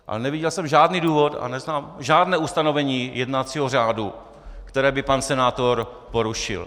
Ale neviděl jsem žádný důvod a neznám žádné ustanovení jednacího řádu, které by pan senátor porušil.